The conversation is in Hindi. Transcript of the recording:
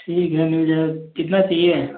ठीक है मिल जाएगा कितना चाहिए